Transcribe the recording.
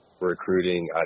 recruiting